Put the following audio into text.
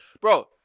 Bro